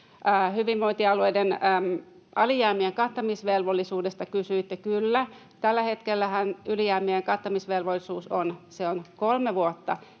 Hyvinvointialueiden alijäämien kattamisvelvollisuudesta kysyitte. Kyllä, tällä hetkellähän ylijäämien kattamisvelvollisuus on. Se on kolme vuotta,